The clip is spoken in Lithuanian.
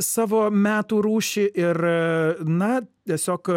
savo metų rūšį ir na tiesiog